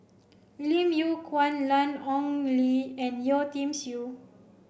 Lim Yew Kuan Lan Ong Li and Yeo Tiam Siew